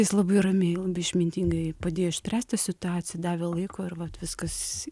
jis labai ramiai išmintingai padėjo išspręsti situaciją davė laiko ir vat viskas